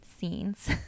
scenes